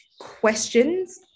questions